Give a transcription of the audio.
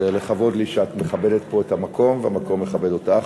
זה לכבוד לי שאת מכבדת פה את המקום והמקום מכבד אותך.